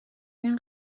این